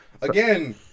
again